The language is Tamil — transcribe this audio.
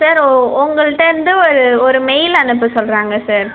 சார் ஒ உங்கள்ட்டேர்ந்து ஒரு ஒரு மெயில் அனுப்ப சொல்கிறாங்க சார்